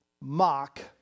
mock